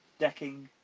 decking,